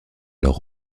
leurs